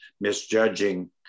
misjudging